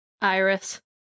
Iris